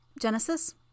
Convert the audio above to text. Genesis